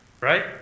right